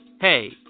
Hey